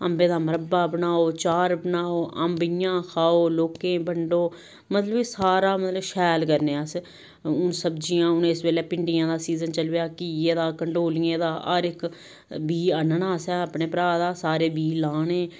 अबें दा मरब्बा बनाओ अचार बनाओ अंब इ'यां खाओ लोकें गी बंडो मतलब कि सारा मतलब शैल करने आं अस हून सब्जियां हून इस बेल्ले भिंडियें दा सीजन चली पेआ घिये दा कंडोलियें दा हर इक बीऽ आह्नना असें अपने भ्राऽ दा सारे बीऽ लाने